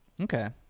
Okay